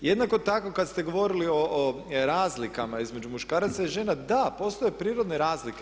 Jednako tako kada ste govorili o razlikama između muškaraca i žena, da postoje prirodne razlike.